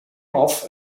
off